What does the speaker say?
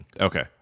Okay